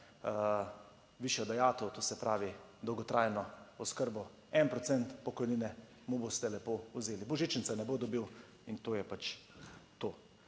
višjo dajatev, to se pravi, dolgotrajno oskrbo, 1 procent pokojnine mu boste lepo vzeli, božičnice ne bo dobil in to je pač to.